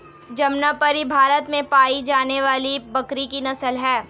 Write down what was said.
जमनापरी भारत में पाई जाने वाली बकरी की नस्ल है